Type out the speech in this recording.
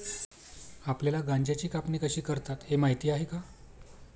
आपल्याला गांजाची कापणी कशी करतात हे माहीत आहे का?